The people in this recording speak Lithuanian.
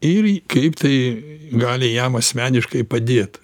ir kaip tai gali jam asmeniškai padėt